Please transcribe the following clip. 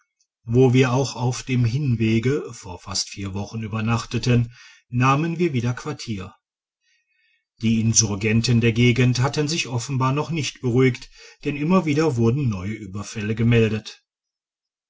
wo wir auch auf dem hinwege vor fast vier wochen übernachteten nahmen wir wieder quartier die insurgenten der gegend hatten sich offenbar noch nicht beruhigt denn immer wieder wurden neue ueberfälle gemeldet